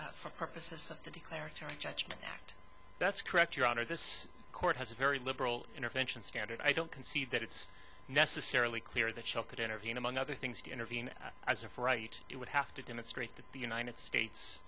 interests for purposes of the declaratory judgment act that's correct your honor this court has a very liberal intervention standard i don't concede that it's necessarily clear that shell could intervene among other things to intervene as of right it would have to demonstrate that the united states